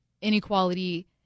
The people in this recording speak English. inequality